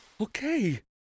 okay